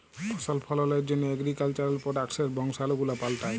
ফসল ফললের জন্হ এগ্রিকালচার প্রডাক্টসের বংশালু গুলা পাল্টাই